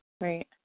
Right